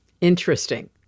Interesting